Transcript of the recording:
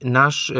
nasz